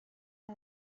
کجا